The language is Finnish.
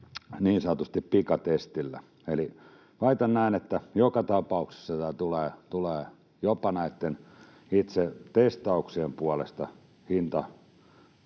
niin sanotulla pikatestillä. Eli väitän näin, että joka tapauksessa jopa näitten itse testauksien puolesta tulee